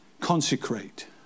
Consecrate